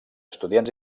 estudiants